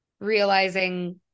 Realizing